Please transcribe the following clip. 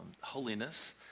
holiness